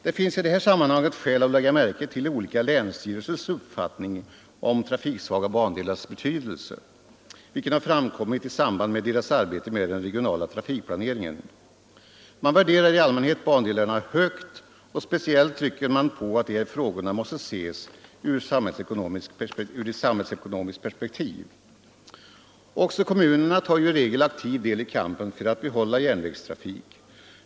Det finns i detta sammanhang skäl att lägga märke till olika länsstyrelsers uppfattning om trafiksvaga bandelars betydelse, vilken har framkommit i samband med deras arbete med den regionala trafikplaneringen. Man värderar i allmänhet bandelarna högt, och speciellt trycker man på att de här frågorna måste ses ur ett samhällsekonomiskt perspektiv. Också kommunerna tar ju i regel aktiv del i kampen för att behålla järnvägstrafik.